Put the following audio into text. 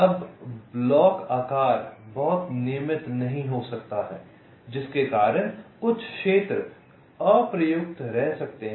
अब ब्लॉक आकार बहुत नियमित नहीं हो सकता है जिसके कारण कुछ क्षेत्र अप्रयुक्त रह सकते हैं